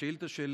השאילתה שלי